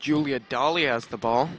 julia dolly as the ball